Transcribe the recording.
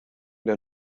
der